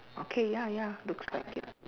okay ya ya looks like it